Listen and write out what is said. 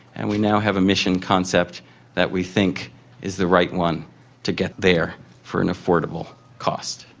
and we now have a mission concept that we think is the right one to get there for an affordable cost.